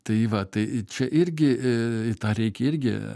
tai va tai čia irgi į tą reikia irgi